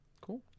cool